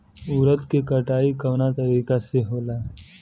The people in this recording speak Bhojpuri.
उरद के कटाई कवना तरीका से होला?